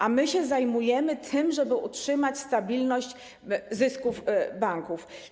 A my się zajmujemy tym, żeby utrzymać stabilność zysków banków.